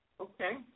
Okay